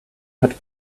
had